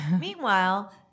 Meanwhile